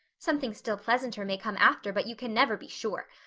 something still pleasanter may come after, but you can never be sure.